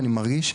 אני מרגיש,